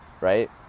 right